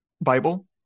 bible